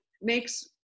makes